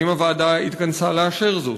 האם הוועדה התכנסה לאשר זאת?